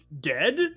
dead